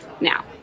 now